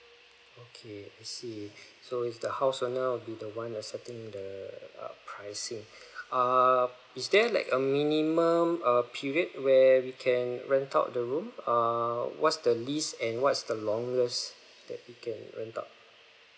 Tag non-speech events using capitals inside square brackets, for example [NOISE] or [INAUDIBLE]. okay I see [BREATH] so is the house owner will be the one that setting the uh pricing [BREATH] err is there like a minimum uh period where we can rent out the room err what's the least and what is the longest that we can rent out